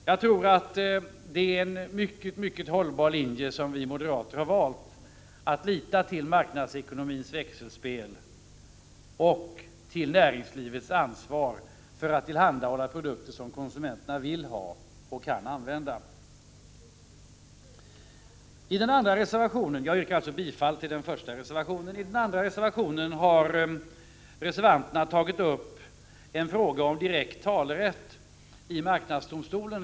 Jag tror att det är en mycket hållbar linje som vi moderater har valt: att lita till marknadsekonomins växelspel och till näringslivets ansvar för att tillhandahålla produkter som konsumenterna vill ha och kan använda. Jag yrkar bifall till reservation nr 1. Reservanterna bakom reservation nr 2 har tagit upp en fråga om talerätt i marknadsdomstolen.